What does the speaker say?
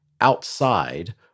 outside